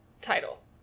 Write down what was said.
title